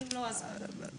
קצרה.